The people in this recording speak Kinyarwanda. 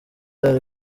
hari